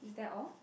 is that all